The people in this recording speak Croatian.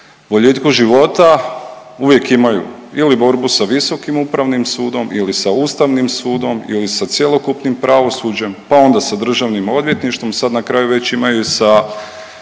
boljitku života, uvijek imaju ili borbu sa Visokim upravnim sudom ili sa Ustavnim sudom ili sa cjelokupnim pravosuđem, pa onda sa DORH-om, sad na kraju već imaju sa